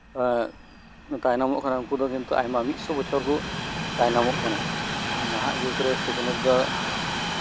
ᱮᱫ ᱛᱟᱭᱱᱚᱢᱚᱜ ᱠᱟᱱᱟ ᱩᱱᱠᱩ ᱫᱚ ᱠᱤᱱᱛᱩ ᱢᱤᱫ ᱵᱚᱪᱷᱚᱨ ᱠᱚ ᱛᱟᱭᱱᱚᱢᱚᱜ ᱠᱟᱱᱟ ᱱᱟᱦᱟᱜ ᱡᱩᱜᱽᱨᱮ ᱥᱤᱠᱷᱱᱟᱹᱛ ᱫᱚ